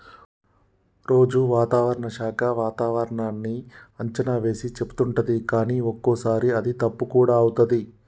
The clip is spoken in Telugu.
రోజు వాతావరణ శాఖ వాతావరణన్నీ అంచనా వేసి చెపుతుంటది కానీ ఒక్కోసారి అది తప్పు కూడా అవుతది